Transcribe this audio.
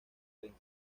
prensa